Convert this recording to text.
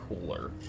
cooler